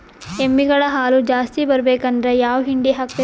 ಎಮ್ಮಿ ಗಳ ಹಾಲು ಜಾಸ್ತಿ ಬರಬೇಕಂದ್ರ ಯಾವ ಹಿಂಡಿ ಹಾಕಬೇಕು?